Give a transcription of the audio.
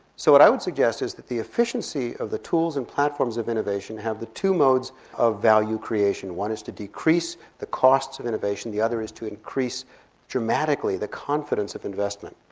so what i would suggest is that the efficiencies of the tools and platforms of innovation have the two modes of value creation one is to decrease the costs of innovation the other is to increase dramatically the confidence of investment.